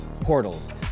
portals